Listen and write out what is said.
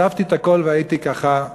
עזבתי הכול והייתי ככה באי-שם.